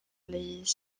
les